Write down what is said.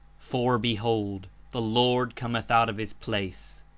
for, behold, the lord cometh out of his place!